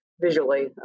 visually